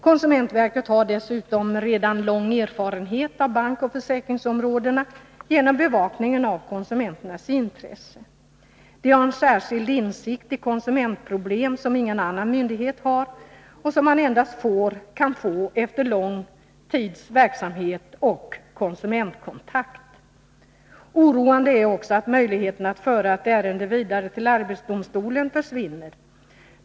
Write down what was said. Konsumentverket har fått stor erfarenhet av bankoch försäkringsområdena genom bevakningen av konsumenternas intresse. Dessutom har konsumentverket fått särskild insikt i konsumentproblem som ingen annan myndighet har och som man endast kan få efter en lång tids verksamhet och konsumentkontakt. Oroande är också att möjligheten att föra ett ärende vidare till arbetsdomstolen försvinner.